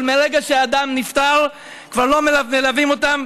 אבל מהרגע שהאדם נפטר כבר לא מלווים אותם,